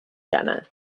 jenna